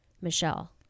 Michelle